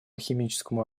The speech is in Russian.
химическому